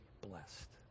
blessed